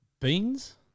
Beans